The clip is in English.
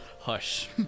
Hush